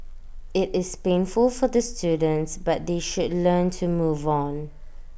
IT is painful for the students but they should learn to move on